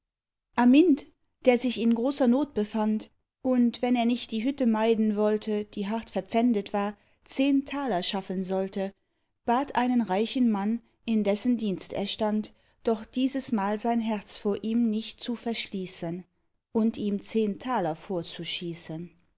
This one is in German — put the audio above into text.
amynt der sich in großer not befand und wenn er nicht die hütte meiden wollte die hart verpfändet war zehn taler schaffen sollte bat einen reichen mann in dessen dienst er stand doch dieses mal sein herz vor ihm nicht zu verschließen und ihm zehn taler vorzuschießen